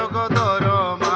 ah da da da